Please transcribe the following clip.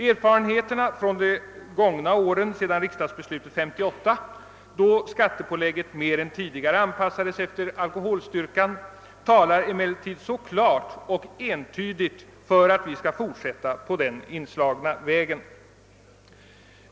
Erfarenheterna från de gångna åren sedan riksdagsbeslutet 1958, då skattepålägget mer än tidigare anpassades efter alkoholstyrkan, talar emellertid klart och entydigt för att vi skall fortsätta på den inslagna vägen.